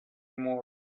more